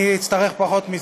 אני אצטרך פחות מזה,